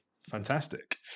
fantastic